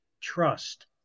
trust